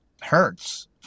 hurts